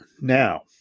Now